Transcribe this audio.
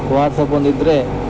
WhatsApp ಒಂದಿದ್ದರೆ